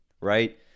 right